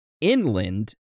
inland